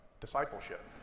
discipleship